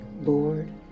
Lord